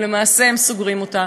ולמעשה הם סוגרים אותם.